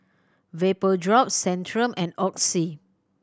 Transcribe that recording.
Vapodrops Centrum and Oxy